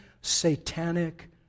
satanic